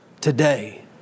today